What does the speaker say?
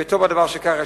וטוב הדבר שכך.